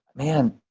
man,